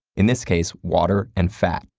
in this case, water and fat,